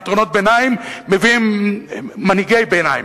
פתרונות ביניים מביאים מנהיגי ביניים.